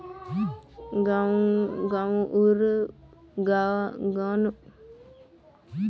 गांउर बाजारत पाईप महंगाये मिल तोक